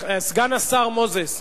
סגן השר מוזס,